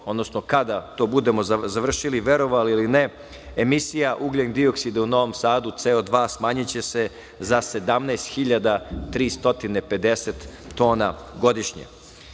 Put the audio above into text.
odnosno kada budemo to završili, verovali ili ne, emisija ugljen dioksida u Novom Sadu, CO2, smanjiće se za 17.350 tona godišnje. Pred